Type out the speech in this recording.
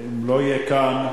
ואם לא יהיה כאן,